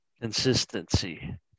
Consistency